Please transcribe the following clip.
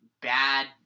bad